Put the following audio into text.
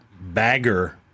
Bagger